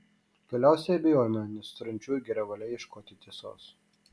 galiausiai abejojama nesutariančiųjų gera valia ieškoti tiesos